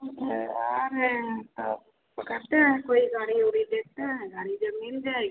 हम आ रहे हैं तब पकड़ते हैं कोई गाड़ी ओड़ी देखते हैं गाड़ी जब मिल जाएगी